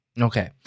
Okay